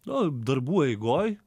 nu darbų eigoj